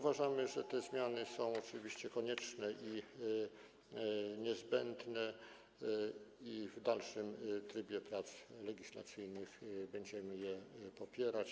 Uważamy, że te zmiany są oczywiście konieczne i niezbędne i w dalszym etapie prac legislacyjnych będziemy je popierać.